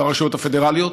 והרשויות הפדרליות,